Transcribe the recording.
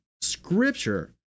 scripture